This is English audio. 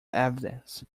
evidence